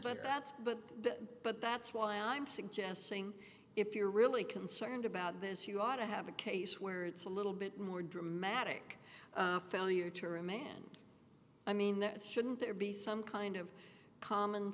but that's but the but that's why i'm suggesting if you're really concerned about this you ought to have a case where it's a little bit more dramatic failure to remand i mean that shouldn't there be some kind of common